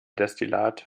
destillat